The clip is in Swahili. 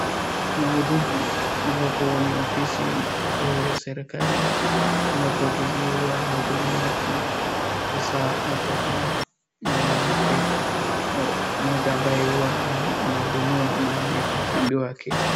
Kuna hudumu ambapo ni ofisi kuu ya serikali, ambapo ofisi hii huwa wanahudumu watu. Sasa hapo kuna mwanamke mmoja ambaye huwa anahudumiwa na ameambiwa aketi chini.